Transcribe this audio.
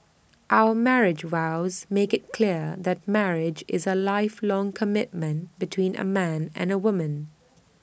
our marriage vows make IT clear that marriage is A lifelong commitment between A man and A woman